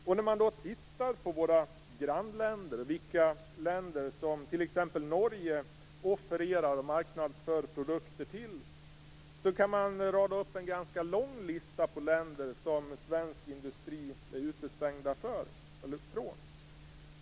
Om man tittar på vilka länder våra grannländer, t.ex. Norge, offererar till och marknadsför produkter i kan man rada upp en ganska lång lista på länder som svensk industri är utestängda från.